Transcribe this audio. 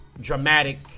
dramatic